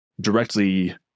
directly